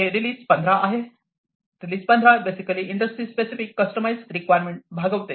हे रिलीझ 15 आहे release 15 basically industry specific customize requirement भागवते